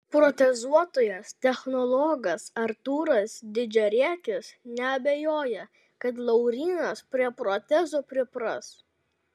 protezuotojas technologas artūras didžiariekis neabejoja kad laurynas prie protezų pripras